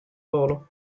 volo